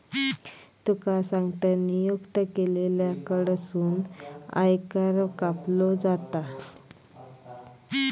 तुका सांगतंय, नियुक्त केलेल्या कडसून आयकर कापलो जाता